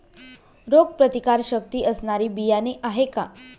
रोगप्रतिकारशक्ती असणारी बियाणे आहे का?